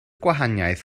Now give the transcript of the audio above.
gwahaniaeth